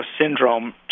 syndrome